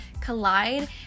collide